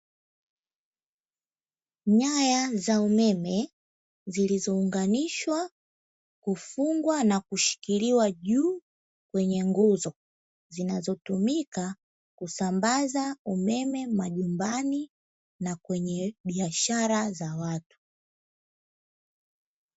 Nyaya za umeme, zilizounganishwa, kufungwa na kushikiliwa juu kwenye nguzo, zinazotumika kusambaza umeme majumbani na kwenye biashara za watu.